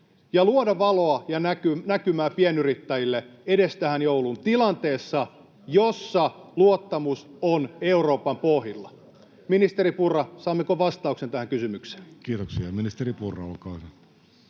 ja luoda valoa ja näkymää pienyrittäjille edes tähän jouluun, tilanteessa, jossa luottamus on Euroopan pohjilla? Ministeri Purra, saammeko vastauksen tähän kysymykseen? Kiitoksia. — Ministeri Purra, olkaa hyvä.